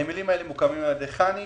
הם מוקמים על-ידי חנ"י